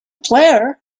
player